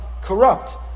corrupt